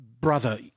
brother